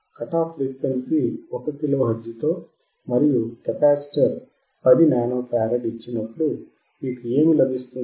cut off frequency 1 kilohertz తో మరియు capacitor 10 nano farad ఇచ్చినపుడు మీకు ఏమి లభిస్తుంది